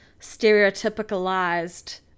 stereotypicalized